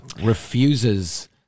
refuses